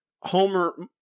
Homer